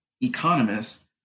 economists